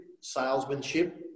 salesmanship